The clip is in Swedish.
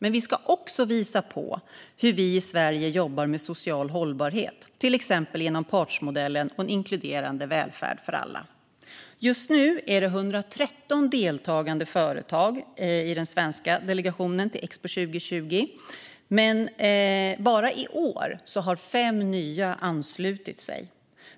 Men vi ska också visa hur vi i Sverige jobbar med social hållbarhet, till exempel genom partsmodellen och en inkluderande välfärd för alla. Just nu är det 113 deltagande företag och organisationer i den svenska delegationen till Expo 2020, och bara i år har fem nya anslutit sig.